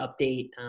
update